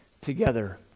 together